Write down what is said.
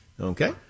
Okay